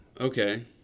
okay